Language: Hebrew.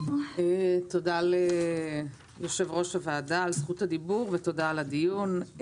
תודה ליושב-ראש הוועדה על זכות הדיבור ותודה על הדיון.